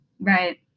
Right